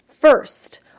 first